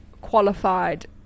qualified